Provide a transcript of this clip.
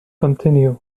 continue